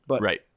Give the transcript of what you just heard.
Right